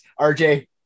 RJ